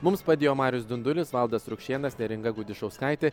mums padėjo marius dundulis valdas rukšėnas neringa gudišauskaitė